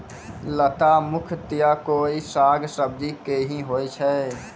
लता मुख्यतया कोय साग सब्जी के हीं होय छै